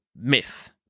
myth